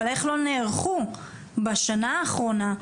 אבל איך לא נערכו בשנה האחרונה,